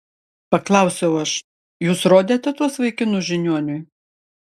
paklausiau aš jūs rodėte tuos vaikinus žiniuoniui